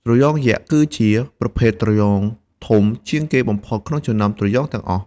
ត្រយងយក្សគឺជាប្រភេទត្រយងធំជាងគេបំផុត ក្នុងចំណោមត្រយងទាំងអស់។